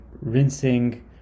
rinsing